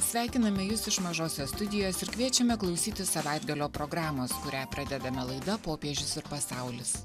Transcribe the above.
sveikiname jus iš mažosios studijos ir kviečiame klausytis savaitgalio programos kurią pradedame laida popiežius ir pasaulis